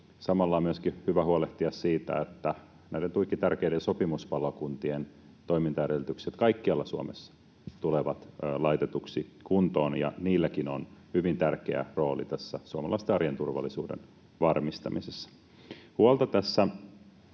Samalla on hyvä huolehtia myöskin siitä, että tuiki tärkeiden sopimuspalokuntien toimintaedellytykset kaikkialla Suomessa tulevat laitetuiksi kuntoon. Niilläkin on hyvin tärkeä rooli tässä suomalaisten arjen turvallisuuden varmistamisessa. Huolta tässä